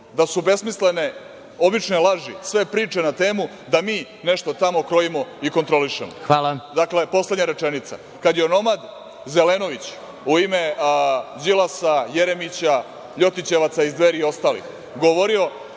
da su besmislene obične laži, sve priče na temu da mi nešto tamo krojimo i kontrolišemo. Dakle, kada je onomad Zelenović u ime Đilasa, Jeremića, Ljotićevaca iz Dveri i ostalih, govorio